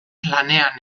lanean